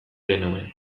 genuen